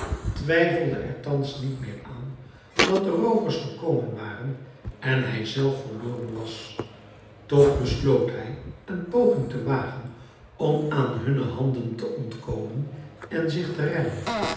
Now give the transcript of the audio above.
twijfelde er thans niet meer aan dat de roovers gekomen waren en hijzelf verloren was toch besloot hij een poging te wagen om aan hunne handen te ontkomen en zich te redden